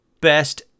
Best